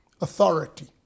authority